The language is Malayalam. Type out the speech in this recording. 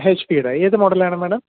ഹെച്ച് പീ യുടെ ഏത് മോഡലാണ് മാഡം